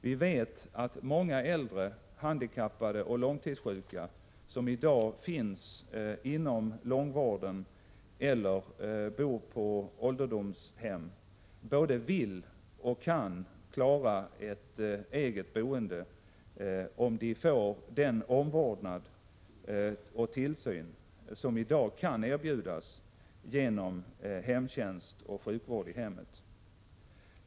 Vi vet att många äldre, handikappade och långtidssjuka, som i dag finns inom långvården eller bor på ålderdomshem, både vill och kan klara ett eget boende om de får den omvårdnad och tillsyn som i dag kan erbjudas genom hemtjänst och sjukvård i hemmet.